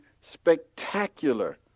spectacular